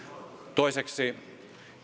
toiseksi